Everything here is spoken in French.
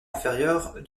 inférieures